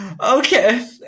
Okay